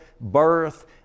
birth